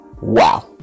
Wow